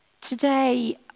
Today